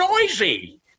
noisy